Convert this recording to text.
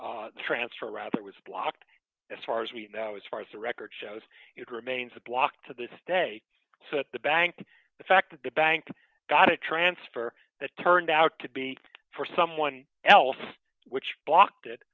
the transfer rather was blocked as far as we now as far as the record shows it remains a block to this day so at the bank the fact that the bank got a transfer that turned out to be for someone else which blocked it